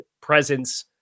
presence